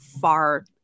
far